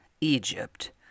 egypt